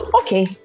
Okay